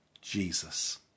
Jesus